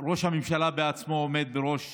ראש הממשלה בעצמו עומד בראש